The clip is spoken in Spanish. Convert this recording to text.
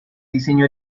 diseño